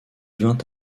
vint